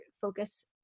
focus